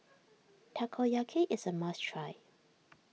Takoyaki is a must try